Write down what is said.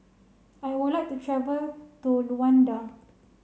I would like to travel to Luanda